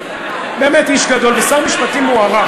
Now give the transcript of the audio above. באמת איש גדול ושר משפטים מוערך,